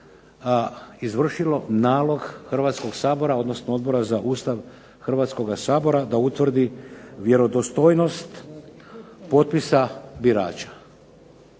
izvršilo nalog Hrvatskog sabora, odnosno Odbora za Ustav Hrvatskoga sabora da utvrdi vjerodostojnost potpisa birača.